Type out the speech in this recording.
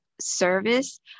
service